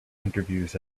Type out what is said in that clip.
interviews